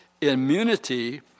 Immunity